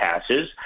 passes